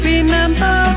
Remember